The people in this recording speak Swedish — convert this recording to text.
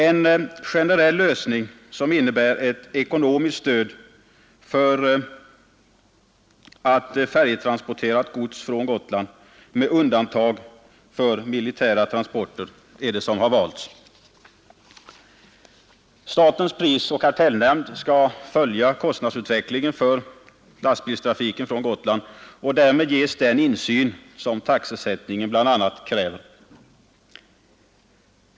En generell lösning, som innebär ett ekonomiskt stöd för allt färjetransporterat gods från Gotland med undantag för militära transporter, har valts. Statens prisoch kartellnämnd skall följa kostnadsutvecklingen för lastbilstrafiken från Gotland och därmed ges den insyn som bl.a. taxesättningen kräver.